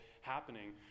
happening